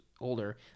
older